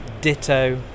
Ditto